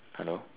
hello